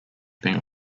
being